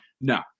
no